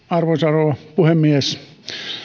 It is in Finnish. arvoisa rouva puhemies